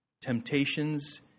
temptations